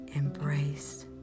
embraced